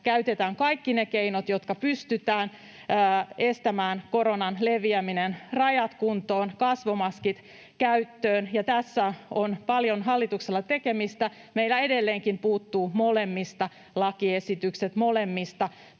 käytetään kaikki ne keinot, joilla pystytään estämään koronan leviäminen: rajat kuntoon, kasvomaskit käyttöön. Tässä on paljon hallituksella tekemistä. Meillä edelleenkin puuttuu molemmista lakiesitykset, molemmista